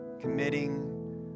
committing